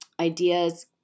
Ideas